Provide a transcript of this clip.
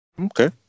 Okay